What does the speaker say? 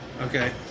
Okay